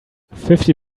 fifty